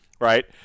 right